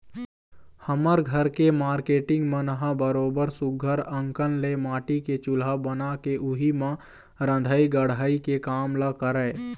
हमर घर के मारकेटिंग मन ह बरोबर सुग्घर अंकन ले माटी के चूल्हा बना के उही म रंधई गड़हई के काम ल करय